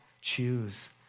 choose